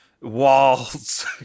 walls